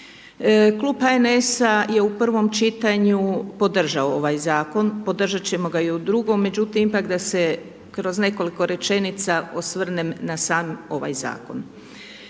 Klub HNS-a je u prvom čitanju podržao ovaj zakon. Podržat ćemo ga i u drugom. Međutim, ipak, da se kroz nekoliko rečenica osvrnem na sam ovaj zakon.